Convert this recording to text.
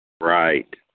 Right